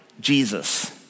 Jesus